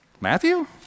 Matthew